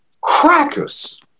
crackers